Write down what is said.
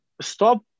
stop